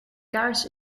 kaars